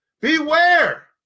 Beware